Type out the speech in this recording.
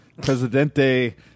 Presidente